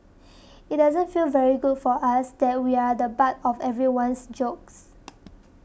it doesn't feel very good for us that we're the butt of everyone's jokes